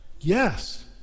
Yes